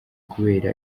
kubera